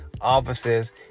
offices